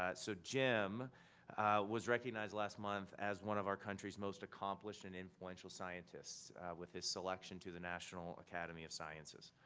ah so jim was recognized last month as one of our countries most accomplished and influential scientist with his selection to the national academy of sciences.